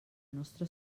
nostra